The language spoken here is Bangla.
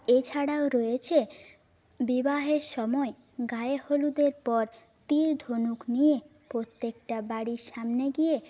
এছাড়াও রয়েছে বিবাহের সময় গায়ে হলুদের পর তির ধনুক নিয়ে প্রত্যেকটা বাড়ির সামনে গিয়ে